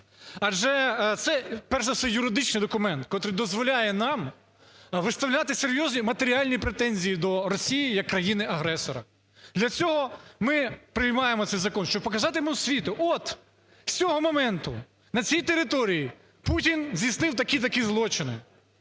адже це, перш за все, юридичний документ, котрий дозволяє нам виставляти серйозні матеріальні претензії до Росії як країни-агресора. Для цього ми приймаємо цей закон, щоб показати світу: от з цього моменту, на цій території Путін здійснив такі-такі злочини.